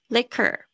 Liquor